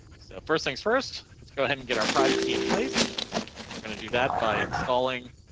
so first things first let's go ahead and get our private key in place. i'm going to do that by installing.